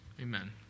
Amen